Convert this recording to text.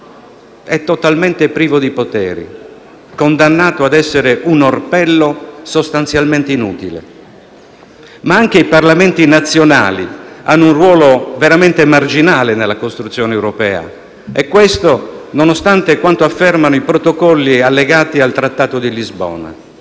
è totalmente privo di poteri, condannato ad essere un orpello sostanzialmente inutile. Anche i Parlamenti nazionali hanno un ruolo veramente marginale nella costruzione europea e questo nonostante quanto affermano i protocolli allegati al Trattato di Lisbona.